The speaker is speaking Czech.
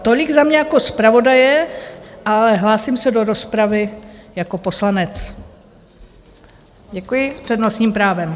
Tolik za mě jako zpravodaje, ale hlásím se do rozpravy jako poslanec s přednostním právem.